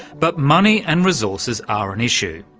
but money and resources are an issue.